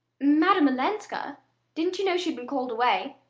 madame olenska didn't you know she'd been called away?